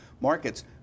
markets